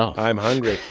i'm hungry.